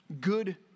Good